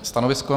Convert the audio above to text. Stanovisko?